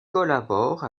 collabore